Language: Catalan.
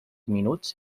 minuts